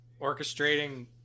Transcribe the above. orchestrating